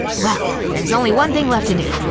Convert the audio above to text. well, there's only one thing left to do.